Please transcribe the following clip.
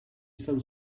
some